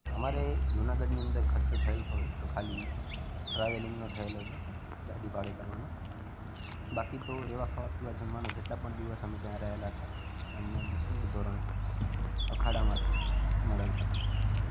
અમારે જુનાગઢની અંદર ખર્ચ થયેલ હોય તો ખાલી ટ્રાવેલિંંગનો થયેલો છે ગાડી ભાડે કરવાનો બાકી તો રહેવા ખાવા પીવા જમવાનો જેટલા પણ દિવસ અમે ત્યાં રહેલા હતા એ અમને નિઃશુલ્ક ધોરણ અખાડામાંથી મળેલ હતું